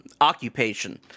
occupation